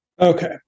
Okay